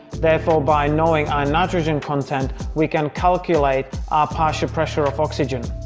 therefore by knowing our nitrogen content we can calculate our partial pressure of oxygen,